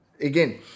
again